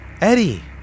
Eddie